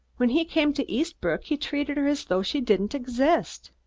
when he came to eastbrook, he treated her as though she didn't exist.